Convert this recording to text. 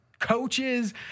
Coaches